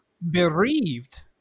bereaved